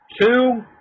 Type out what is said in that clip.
Two